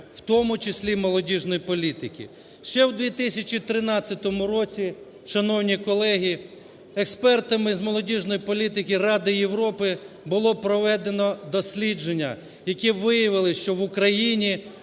,в тому числі молодіжної політки. Ще в 2013 році, шановні колеги, експертами з молодіжної політики Ради Європи було проведено дослідження, які виявили, що в Україні